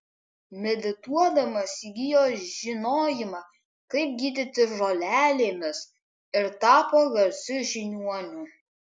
medituodamas įgijo žinojimą kaip gydyti žolelėmis ir tapo garsiu žiniuoniu